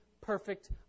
perfect